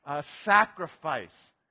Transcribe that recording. sacrifice